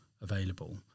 available